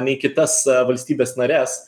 nei kitas valstybes nares